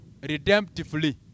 Redemptively